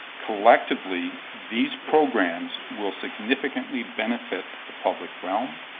collectively, these programs will significantly benefit the public realm,